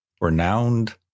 renowned